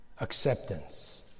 Acceptance